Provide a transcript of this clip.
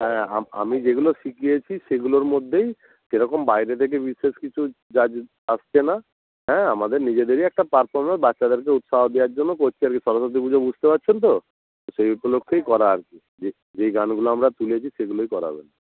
হ্যাঁ আম আমি যেগুলো শিখিয়েছি সেগুলোর মদ্যেই সেরকম বাইরে থেকে বিশেষ কিছু জাজ আসছে না হ্যাঁ আমাদের নিজেদেরই একটা পারফরমেন্স বাচ্চাদেরকে উৎসাহ দেওয়ার জন্য করছি আর কি সরস্বতী পুজো বুসতে পারছেন তো তো সেই উপলক্ষেই করা আর কি যেই যেই গানগুলো আমরা তুলেছি সেগুলোই করাবেন